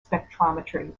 spectrometry